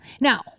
Now